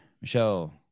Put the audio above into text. Michelle